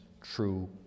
true